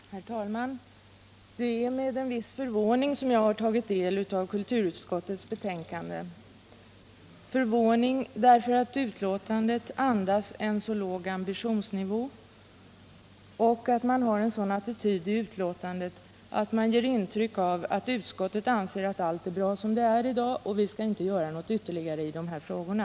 Herr talman! Det är med en viss förvåning som jag har tagit del av kulturutskottets betänkande. Jag är förvånad över att ambitionsnivån är så låg — man får intrycket att utskottet anser att allt är bra som det är i dag och att det inte finns anledning att göra något mer i de här frågorna.